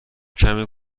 کمی